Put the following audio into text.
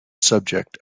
subject